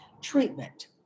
treatment